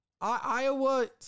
Iowa